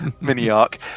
mini-arc